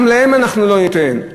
גם להם אנחנו לא ניתן.